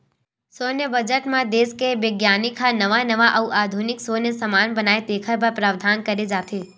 सैन्य बजट म देस के बिग्यानिक ह नवा नवा अउ आधुनिक सैन्य समान बनाए तेखर बर प्रावधान करे जाथे